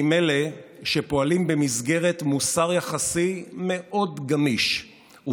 היא עם אלה שפועלים במסגרת מוסר יחסי גמיש מאוד